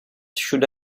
should